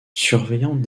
surveillant